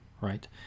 Right